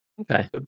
Okay